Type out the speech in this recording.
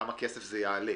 כמה כסף זה יעלה.